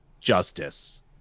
justice